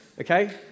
Okay